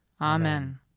Amen